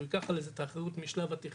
כלומר, שהוא ייקח על זה את האחריות משלב התכנון,